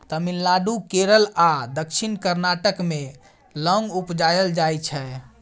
तमिलनाडु, केरल आ दक्षिण कर्नाटक मे लौंग उपजाएल जाइ छै